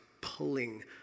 pulling